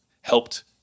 helped